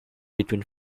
between